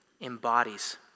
embodies